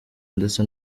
ndetse